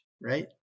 right